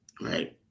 right